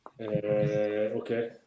Okay